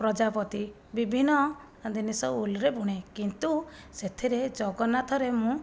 ପ୍ରଜାପତି ବିଭିନ୍ନ ଜିନିଷ ଉଲ୍ ରେ ବୁଣେ କିନ୍ତୁ ସେଥିରେ ଜଗନ୍ନାଥରେ ମୁଁ